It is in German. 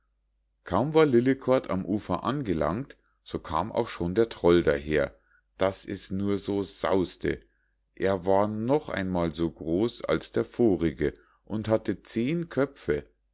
kaum war lillekort am ufer angelangt so kam auch schon der troll daher daß es nur so saus'te er war noch einmal so groß als der vorige und hatte zehn köpfe